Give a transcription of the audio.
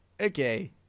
Okay